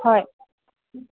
হয়